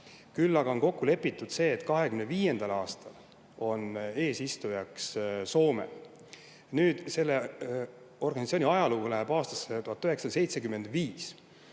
Küll aga on kokku lepitud see, et 2025. aastal on eesistujaks Soome. Selle organisatsiooni ajalugu ulatub aastasse 1975.